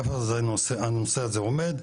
איפה הנושא הזה עומד,